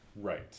Right